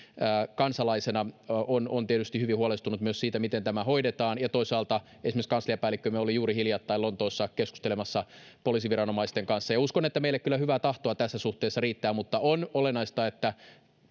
kansalaisena on on tietysti hyvin huolestunut siitä miten tämä hoidetaan toisaalta esimerkiksi kansliapäällikkömme oli juuri hiljattain lontoossa keskustelemassa poliisiviranomaisten kanssa uskon että meille kyllä hyvää tahtoa tässä suhteessa riittää mutta on olennaista että